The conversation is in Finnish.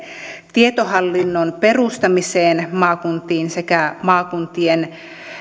tietohallinnon perustamiseen maakuntiin sekä maakuntien